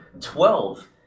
Twelve